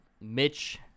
Mitch